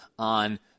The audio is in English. on